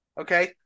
Okay